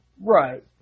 Right